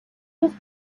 just